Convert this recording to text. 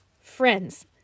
Friends